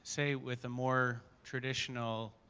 say with a more traditional,